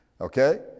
Okay